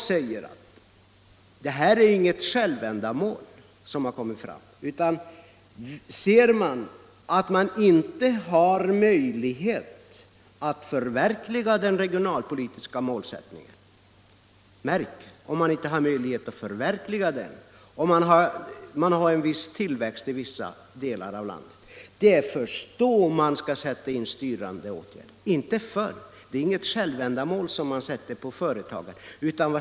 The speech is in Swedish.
Styrmedlen är inget självändamål. Ser man att man inte har möjlighet att förverkliga den regionalpolitiska målsättningen då skall man sätta in styrmedelsåtgärder — inte förr.